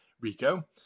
Rico